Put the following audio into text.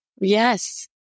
Yes